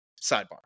sidebar